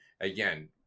again